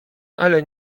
ale